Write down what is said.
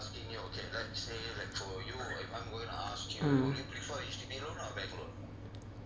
uh